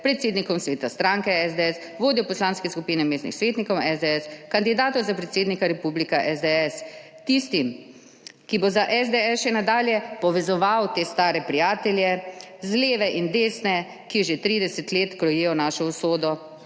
predsednikom sveta stranke SDS, vodjo poslanske skupine mestnih svetnikov SDS, kandidatov za predsednika republike SDS, tistim, ki bo za SDS še nadalje povezoval te stare prijatelje z leve in desne, ki že 30 let krojijo našo usodo,